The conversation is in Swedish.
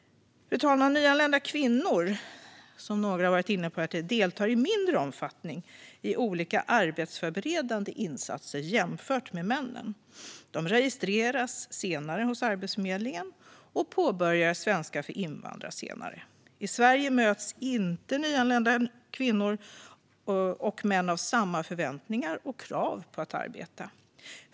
Fru talman! Några talare har tidigare varit inne på att nyanlända kvinnor deltar i mindre omfattning i olika arbetsförberedande insatser jämfört med männen. De registreras senare hos Arbetsförmedlingen och påbörjar svenska för invandrare senare. I Sverige möts inte nyanlända kvinnor och män av samma förväntningar och krav på att arbeta.